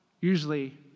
Usually